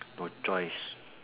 no choice